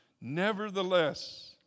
Nevertheless